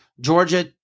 Georgia